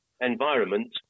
environment